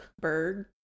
bird